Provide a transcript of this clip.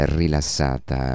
rilassata